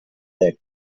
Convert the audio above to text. that